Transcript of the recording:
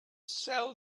sell